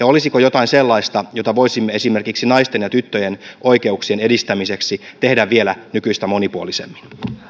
olisiko jotain sellaista jota voisimme esimerkiksi naisten ja tyttöjen oikeuksien edistämiseksi tehdä vielä nykyistä monipuolisemmin